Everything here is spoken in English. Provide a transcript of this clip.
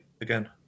again